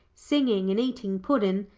singing, and eating puddin',